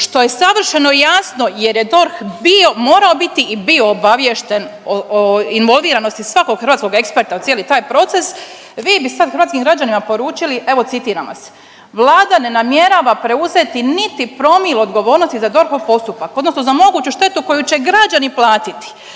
što je savršeno jasno jer je DORH bio, morao biti i bio obaviješten o involviranosti svakog hrvatskog eksperta, cijeli taj proces, vi bi sad hrvatskim građanima poručili, evo citiram vas, Vlada ne namjerava preuzeti niti promil odgovornosti za DORH-ov postupak odnosno za moguću štetu koju će građani platiti.